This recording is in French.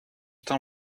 t’en